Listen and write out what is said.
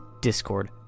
Discord